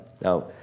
Now